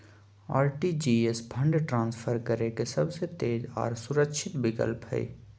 RTGS fund transfer करे के सबसे तेज आर सुरक्षित विकल्प हय